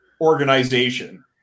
organization